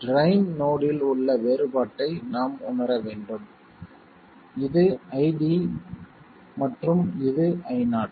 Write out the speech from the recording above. drain நோடில் உள்ள வேறுபாட்டை நாம் உணர வேண்டும் இது ID மற்றும் இது Io